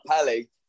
pally